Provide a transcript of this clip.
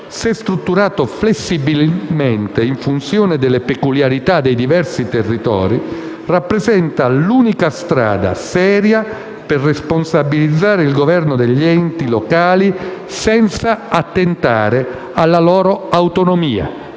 se strutturato flessibilmente, in funzione delle peculiarità dei diversi territori, rappresenta l'unica strada seria per responsabilizzare il governo degli enti locali senza attentare alla loro autonomia